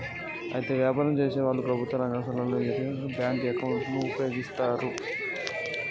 అయితే వ్యాపారం చేసేవాళ్లు ప్రభుత్వ రంగ సంస్థల యొకరిటివ్ బ్యాంకు అకౌంటును ఉపయోగిస్తారు